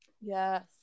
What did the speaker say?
Yes